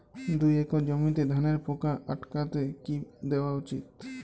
দুই একর জমিতে ধানের পোকা আটকাতে কি দেওয়া উচিৎ?